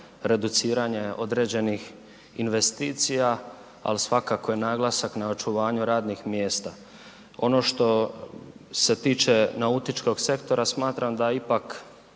reduciranja određenih investicija ali svakako je naglasak na očuvanju radnih mjesta. Ono što se tiče nautičkog sektora, smatram da ipak